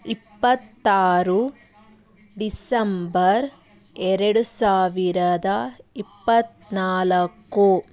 ಇಪ್ಪತ್ತಾರು ಡಿಸೆಂಬರ್ ಎರಡು ಸಾವಿರದ ಇಪ್ಪತ್ತ್ನಾಲ್ಕು